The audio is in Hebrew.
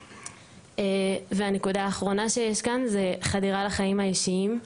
והנקודה האחרונה היא חדירה לחיים האישיים: